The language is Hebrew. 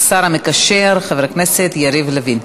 השר המקשר חבר הכנסת יריב לוין.